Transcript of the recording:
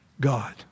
God